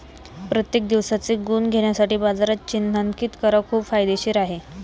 प्रत्येक दिवसाचे गुण घेण्यासाठी बाजारात चिन्हांकित करा खूप फायदेशीर आहे